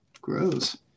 Gross